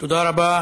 תודה רבה.